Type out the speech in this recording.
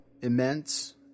immense